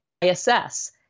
ISS